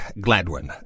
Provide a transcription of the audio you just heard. Gladwin